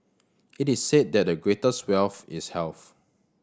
it is said that the greatest wealth is health